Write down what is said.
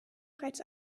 bereits